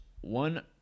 one